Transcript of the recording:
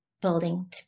building